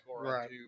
Right